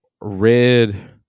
Red